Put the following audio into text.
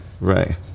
Right